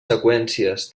seqüències